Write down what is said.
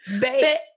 Babe